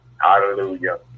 Hallelujah